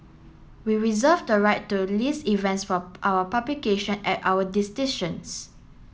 we reserve the right to list events for our publication at our